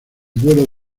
duelo